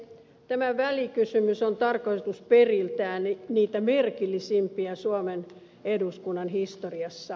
tämä välikysymys on tarkoitusperiltään niitä merkillisimpiä suomen eduskunnan historiassa